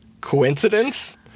Coincidence